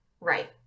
right